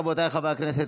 רבותיי חברי הכנסת,